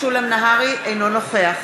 אינו נוכח